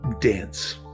dance